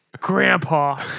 Grandpa